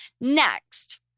Next